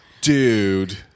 Dude